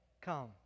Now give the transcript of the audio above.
come